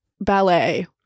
ballet